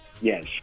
Yes